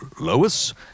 Lois